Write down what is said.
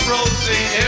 Rosie